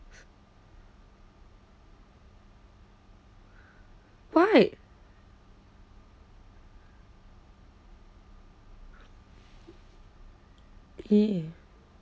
why !ee!